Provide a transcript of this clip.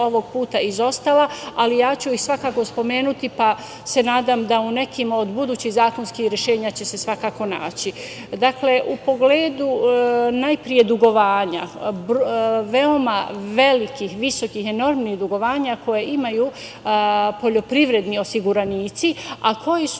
ovog puta izostala, ali ja ću ih svakako spomenuti, pa se nadam da u nekim od budućih zakonskih rešenja će se svakako naći. Dakle, u pogledu, najpre dugovanja, veoma velikih visokih, enormnih dugovanja koja imaju poljoprivredni osiguranici, a koji su